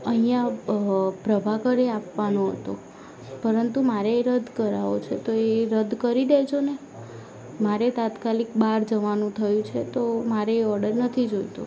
અહીંયા પ્રભાકરે આપવાનો હતો પરંતુ મારે એ રદ કરાવો છે તો એ રદ કરી દેજો ને મારે તાત્કાલિક બહાર જવાનું થયું છે તો મારે એ ઓડર નથી જોઈતો